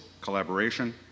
collaboration